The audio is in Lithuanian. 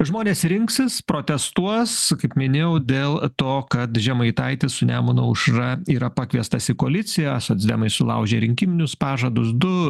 žmonės rinksis protestuos kaip minėjau dėl to kad žemaitaitis su nemuno aušra yra pakviestas į koaliciją socdemai sulaužė rinkiminius pažadus du